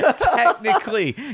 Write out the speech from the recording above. technically